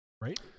right